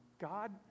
God